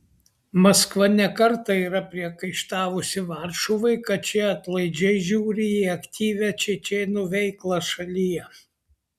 maskva ne kartą yra priekaištavusi varšuvai kad ši atlaidžiai žiūri į aktyvią čečėnų veiklą šalyje